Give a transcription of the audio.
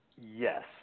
yes